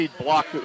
block